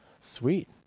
Sweet